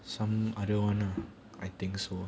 some other one lah I think so